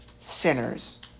sinners